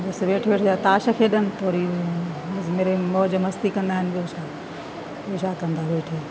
बसि वेठे वेठे ताश खेॾनि पूरी मौजु मस्ती कंदा आहिनि ॿियो छा पूॼा कंदा वेठे